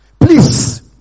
Please